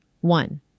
One